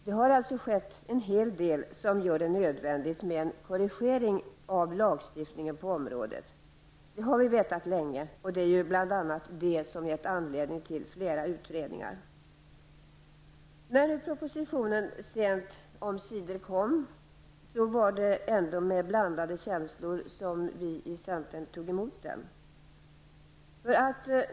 Det har alltså skett en hel del som gör det nödvändigt med en korrigering av lagstiftningen på området. Detta har vi vetat länge, och det är bl.a. detta som har gett anledning till flera utredningar. När propositionen sent omsider kom var det ändå med blandade känslor vi i centern tog emot den.